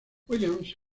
williams